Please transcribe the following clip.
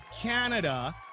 canada